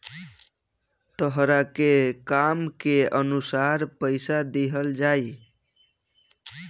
तहरा के काम के अनुसार पइसा दिहल जाइ